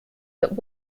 but